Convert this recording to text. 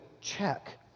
check